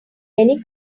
many